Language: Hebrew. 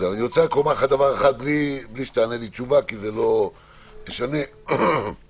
אבל שום דבר עוד לא בטוח וכבר עברנו בשנה האחרונה כאלה דברים.